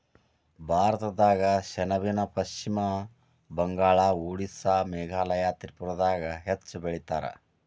ಭಾರತದಾಗ ಸೆಣಬನ ಪಶ್ಚಿಮ ಬಂಗಾಳ, ಓಡಿಸ್ಸಾ ಮೇಘಾಲಯ ತ್ರಿಪುರಾದಾಗ ಹೆಚ್ಚ ಬೆಳಿತಾರ